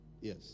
Yes